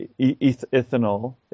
ethanol